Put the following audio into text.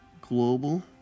Global